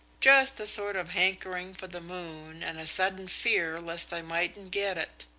just a sort of hankering for the moon and a sudden fear lest i mightn't get it.